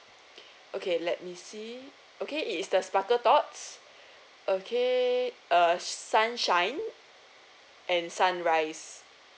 okay let me see okay it's the sparkle thoughts okay uh sunshine and sunrise